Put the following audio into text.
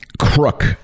crook